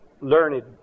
learned